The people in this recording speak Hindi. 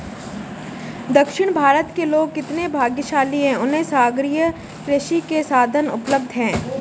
दक्षिण भारत के लोग कितने भाग्यशाली हैं, उन्हें सागरीय कृषि के साधन उपलब्ध हैं